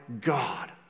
God